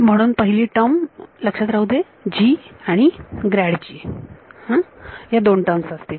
म्हणून पहिली टर्म लक्षात राहू दे आणि ह्या दोन टर्म असतील